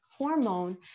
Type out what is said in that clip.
hormone